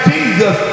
Jesus